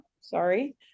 Sorry